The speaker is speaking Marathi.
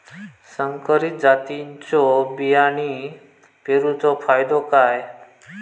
संकरित जातींच्यो बियाणी पेरूचो फायदो काय?